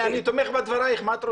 אני תומך בדברייך, מה את רוצה?